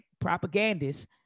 propagandists